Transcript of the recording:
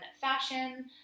fashion –